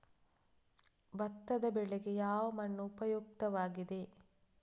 ಭತ್ತದ ಬೆಳೆಗೆ ಯಾವ ಮಣ್ಣು ಉಪಯುಕ್ತವಾಗಿದೆ?